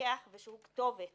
מפקח ושהוא כתובת